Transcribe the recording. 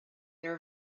there